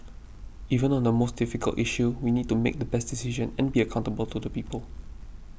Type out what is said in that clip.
even on the most difficult issue we need to make the best decision and be accountable to people